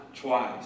twice